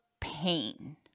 pain